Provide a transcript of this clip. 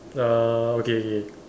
uh okay okay